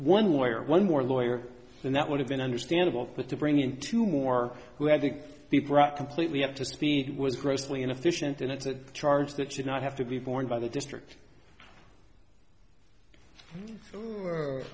one way or one more lawyer and that would have been understandable but to bring in two more who had to be brought completely up to speed was grossly inefficient and it's a charge that should not have to be borne by the district for